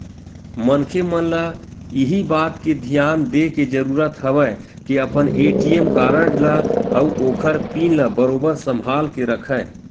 मनखे मन ल इही बात के धियान देय के जरुरत हवय के अपन ए.टी.एम कारड ल अउ ओखर पिन ल बरोबर संभाल के रखय